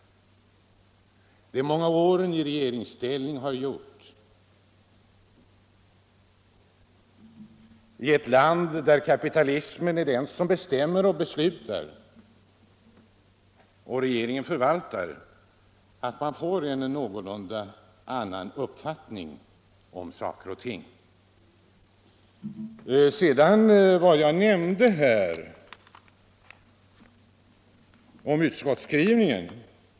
Men de många åren i regeringsställning i ett land där kapitalismen bestämmer och beslutar och regeringen förvaltar har gjort att man fått en något annan uppfattning om saker och ting. Så några ord om utskottets skrivning.